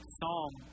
Psalm